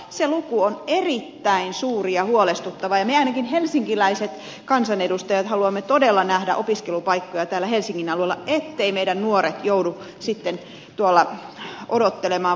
se luku on erittäin suuri ja huolestuttava ja ainakin me helsinkiläiset kansanedustajat haluamme todella nähdä opiskelupaikkoja täällä helsingin alueella etteivät meidän nuoret joudu sitten tuolla odottelemaan vuosikausia